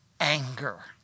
anger